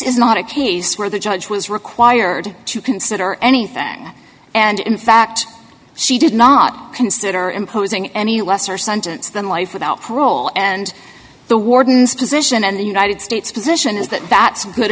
is not a case where the judge was required to consider anything and in fact she did not consider imposing any lesser sentence than life without parole and the warden's position and the united states position is that bats a good